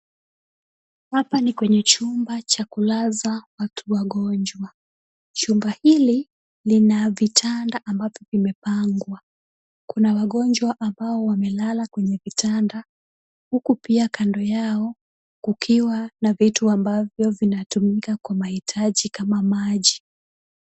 Hapa ni kwenye chumba cha kulaza watu wagonjwa. Chumba hili lina vitanda ambavyo vimepangwa. Kuna wagonjwa ambao wamelala kwenye vitanda. Huku pia kando yao, kukiwa na vitu ambavyo vinatumika kwa mahitaji kama maji.